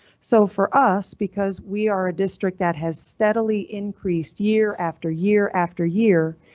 so for us, because we are a district that has steadily increased year after year after year.